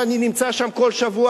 אני נמצא שם כל שבוע,